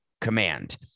command